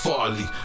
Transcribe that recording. Farley